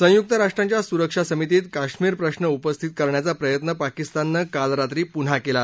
संयुक्त राष्ट्रांच्या सुरक्षा समितीत कश्मीरप्रश्व उपस्थित करण्याचा प्रयत्न पाकिस्ताननं काल रात्री पुन्हा केला